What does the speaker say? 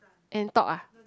Ann talk ah